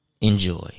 Enjoy